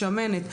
"בשמנת",